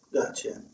Gotcha